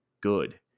good